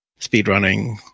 speedrunning